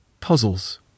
Puzzles